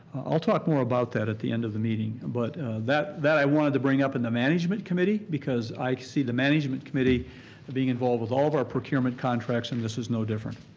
i'll talk more about that at the end of the meeting but that that i wanted to bring up in the management committee because i see the management committee as being involved with all of our procurement contracts and this is no different.